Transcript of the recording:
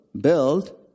build